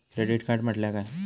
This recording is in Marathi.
क्रेडिट कार्ड म्हटल्या काय?